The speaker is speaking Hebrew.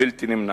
בלתי נמנעת.